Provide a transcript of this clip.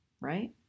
right